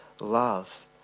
love